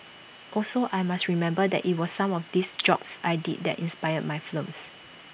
also I must remember that IT was some of these jobs I did that inspired my films